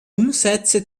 umsätze